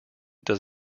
does